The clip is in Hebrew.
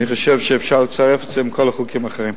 אני חושב שאפשר לצרף את זה לכל החוקים האחרים.